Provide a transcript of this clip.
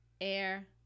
air